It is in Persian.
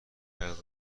عقد